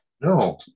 No